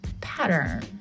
pattern